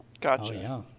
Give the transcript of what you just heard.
Gotcha